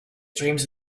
dreams